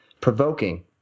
provoking